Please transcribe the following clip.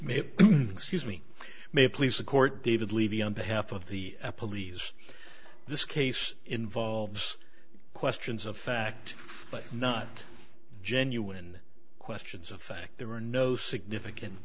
excuse me may please the court david levy on behalf of the police this case involves questions of fact but not genuine questions of fact there were no significant